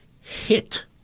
hit